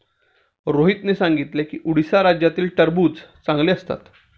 रोहितने सांगितले की उडीसा राज्यातील टरबूज चांगले असतात